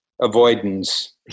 avoidance